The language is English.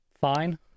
fine